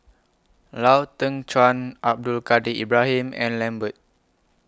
Lau Teng Chuan Abdul Kadir Ibrahim and Lambert